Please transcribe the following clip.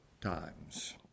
times